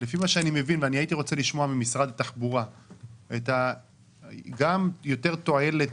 הייתי רוצה לשמוע ממשרד התחבורה גם יותר על תועלת